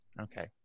Okay